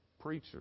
preacher